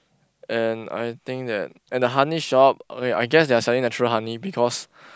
and I think that at the honey shop okay I guess they are selling the true honey because